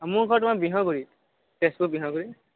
মোৰ ঘৰ তোমাৰ বিহগুৰিত তেজপুৰ বিহগুৰি